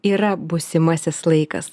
yra būsimasis laikas